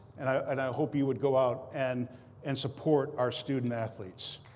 and i hope you would go out and and support our student athletes.